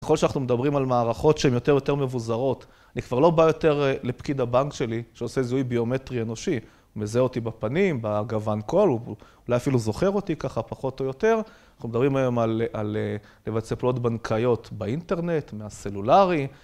ככל שאנחנו מדברים על מערכות שהן יותר ויותר מבוזרות, אני כבר לא בא יותר לפקיד הבנק שלי, שעושה זיהוי ביומטרי אנושי, הוא מזהה אותי בפנים, בגוון קול, אולי אפילו זוכר אותי ככה, פחות או יותר. אנחנו מדברים היום על לבצע פעולות בנקאיות באינטרנט, מהסלולרי.